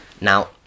Now